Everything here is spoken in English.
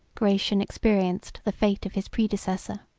gratian experienced the fate of his predecessor.